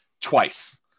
twice